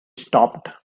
stopped